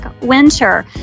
Winter